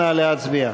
נא להצביע.